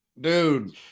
Dude